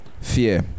Fear